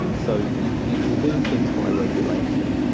and so you can do things by regulation.